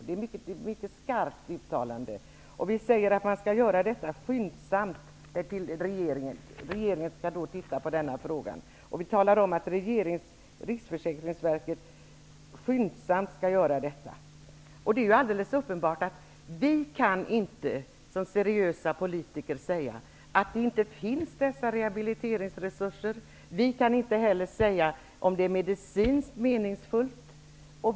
Det är ett mycket skarpt uttalande. Vi säger att Riksförsäkringsverket och regeringen skyndsamt skall titta på denna fråga. Det är alldeles uppenbart att vi, som seriösa politiker, inte kan säga att dessa rehabiliteringsresurser inte finns. Vi kan inte heller bedöma om sådana är medicinskt meningsfulla.